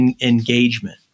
engagement